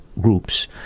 groups